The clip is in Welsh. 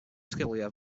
sgiliau